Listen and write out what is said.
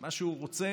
מה שהוא רוצה